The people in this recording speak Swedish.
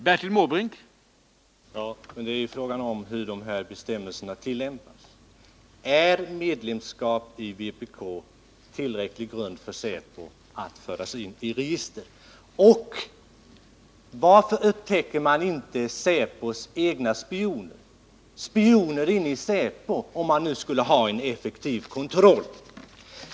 Herr talman! Frågan är ju hur bestämmelserna tillämpas. Är medlemskap i vpk tillräcklig grund för säpo att föra in någon i register? Och om nu kontrollen är så effektiv, varför upptäcker inte säpo de spioner som finns inom den egna organisationen?